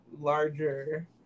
larger